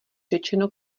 řečeno